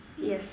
yes